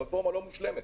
הרפורמה לא מושלמת,